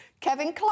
Kevin